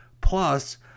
Plus